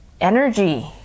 energy